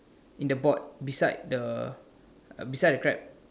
in the board beside the beside the crab